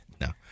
No